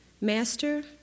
Master